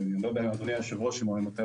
אני לא יודע אם אדוני היושב-ראש יודע אבל